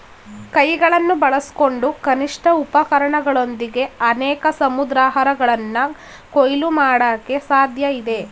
ಕೈಗಳನ್ನು ಬಳಸ್ಕೊಂಡು ಕನಿಷ್ಠ ಉಪಕರಣಗಳೊಂದಿಗೆ ಅನೇಕ ಸಮುದ್ರಾಹಾರಗಳನ್ನ ಕೊಯ್ಲು ಮಾಡಕೆ ಸಾಧ್ಯಇದೆ